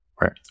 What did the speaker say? right